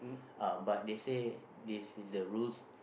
uh but they say this is the rules